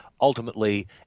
ultimately